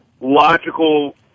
logical